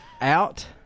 out